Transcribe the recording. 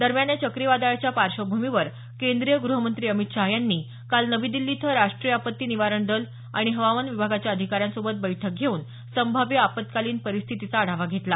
दरम्यान या चक्रीवादळाच्या पार्श्वभूमीवर केंद्रीय गृह मंत्री अमित शाह यांनी काल नवी दिल्ली इथं राष्टीय आपत्ती निवारण दल आणि हवामान विभागाच्या अधिकाऱ्यांसोबत बैठक घेऊन संभाव्य आपत्कालीन परिस्थितीचा आढावा घेतला